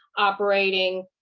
operating,